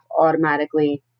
automatically